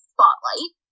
Spotlight